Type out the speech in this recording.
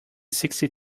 sixty